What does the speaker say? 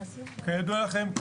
כידוע לכם,